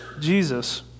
Jesus